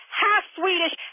half-Swedish